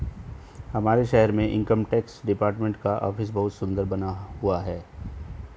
हमारे शहर में इनकम टैक्स डिपार्टमेंट का ऑफिस बहुत सुन्दर बना हुआ है